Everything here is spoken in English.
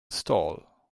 stall